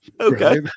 Okay